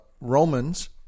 Romans